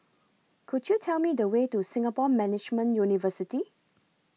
Could YOU Tell Me The Way to Singapore Management University